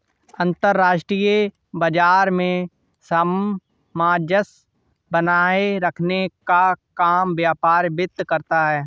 अंतर्राष्ट्रीय बाजार में सामंजस्य बनाये रखने का काम व्यापार वित्त करता है